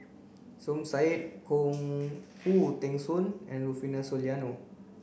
Som Said Khoo Teng Soon and Rufino Soliano